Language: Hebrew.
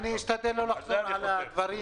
אשתדל לא לחזור על הדברים.